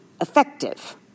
effective